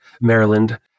Maryland